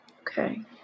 Okay